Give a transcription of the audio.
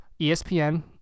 ESPN